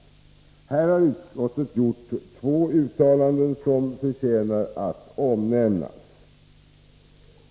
Här har utskottet gjort två uttalanden som förtjänar att omnämnas.